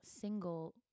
single